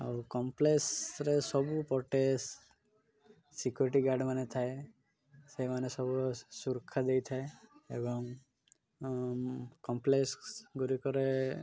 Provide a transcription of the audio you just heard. ଆଉ କମ୍ପ୍ଲେକ୍ସରେ ସବୁପଟେ ସିକ୍ୟୁରିଟି ଗାର୍ଡ଼ ମାନ ଥାଏ ସେଇମାନେ ସବୁ ସୁରକ୍ଷା ଦେଇଥାଏ ଏବଂ କମ୍ପ୍ଲେକ୍ସ ଗୁଡ଼ିକରେ